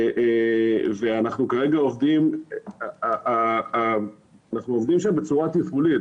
אנחנו עובדים שם בצורה תפעולית.